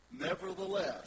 Nevertheless